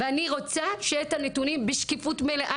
ואני רוצה שיהיו את הנתונים בשקיפות מלאה.